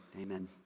Amen